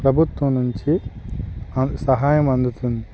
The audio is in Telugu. ప్రభుత్వం నుంచి సహాయం అందుతుంది